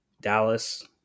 dallas